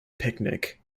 picnic